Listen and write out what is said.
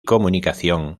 comunicación